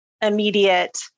immediate